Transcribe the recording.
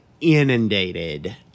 inundated